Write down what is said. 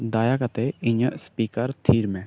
ᱫᱟᱭᱟ ᱠᱟᱛᱮᱫ ᱤᱧᱟᱹᱜ ᱥᱯᱤᱠᱟᱨ ᱛᱷᱤᱨ ᱢᱮ